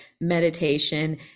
meditation